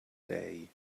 day